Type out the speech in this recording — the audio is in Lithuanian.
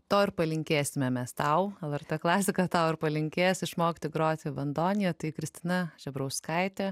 to ir palinkėsime mes tau lrt klasika tau ir palinkės išmokti groti bandonija tai kristina žebrauskaitė